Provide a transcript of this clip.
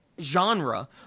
genre